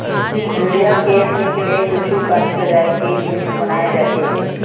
भेड़िया के सींग ले कुछु काही सजाए के जिनिस बनाए जाथे